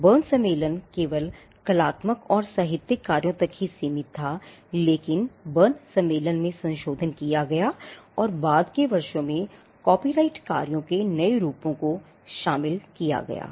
burn सम्मेलन केवल कलात्मक और साहित्यिक कार्यों तक ही सीमित था लेकिन बर्न सम्मेलन में संशोधन किया गया था और बाद के वर्षों में कॉपीराइट कार्यों के नए रूपों को शामिल किया गया था